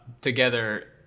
together